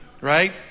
right